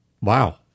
Wow